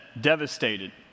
devastated